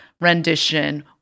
rendition